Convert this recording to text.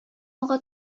алга